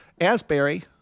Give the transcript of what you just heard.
Asbury